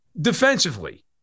Defensively